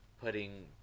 putting